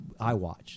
iWatch